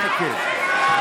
איזה ליברלי?